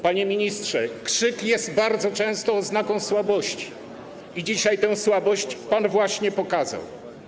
Panie ministrze, krzyk jest bardzo często oznaką słabości i dzisiaj tę słabość pan właśnie pokazał.